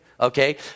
Okay